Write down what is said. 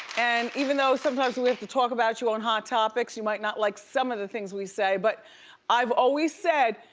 and even though sometimes we have to talk about you on hot topics, you might not like some of the things we say, but i've always said,